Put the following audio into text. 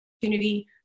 opportunity